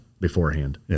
beforehand